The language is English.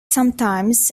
sometimes